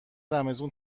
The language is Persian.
رمضون